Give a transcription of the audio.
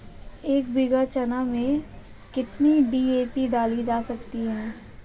एक बीघा चना में कितनी डी.ए.पी डाली जा सकती है?